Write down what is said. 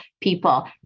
people